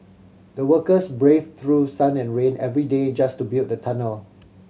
the workers braved through sun and rain every day just to build the tunnel